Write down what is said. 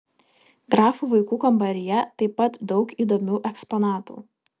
grafų vaikų kambaryje taip pat daug įdomių eksponatų